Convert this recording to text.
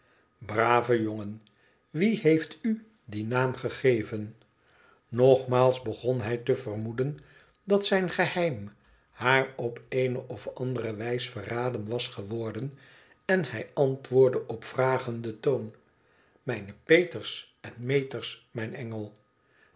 brave jongen wie heeft u dien naam gegeven nogmaals begon hij te vermoeden dat zijn geheim haar op eene of andere wijs verraden was geworden en hij antwoordde op vragenden toon mijne peters en meters mijn engel